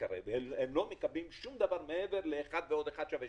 קרב הם לא מקבלים שום דבר מעבר ל: 2=1+1,